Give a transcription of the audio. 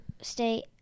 stay